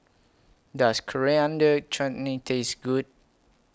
Does Coriander Chutney Taste Good